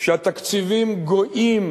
שהתקציבים גואים.